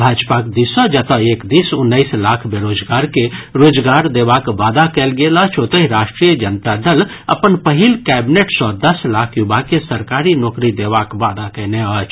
भाजपाक दिस सँ जतऽ एक दिस उन्नैस लाख बेरोजगार के रोजगार देबाक वादा कयल गेल अछि ओतहि राष्ट्रीय जनता दल अपन पहिल कैबिनेट सँ दस लाख युवा के सरकारी नोकरी देबाक वादा कयने अछि